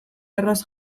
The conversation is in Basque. erraz